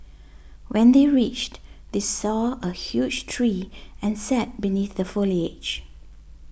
when they reached they saw a huge tree and sat beneath the foliage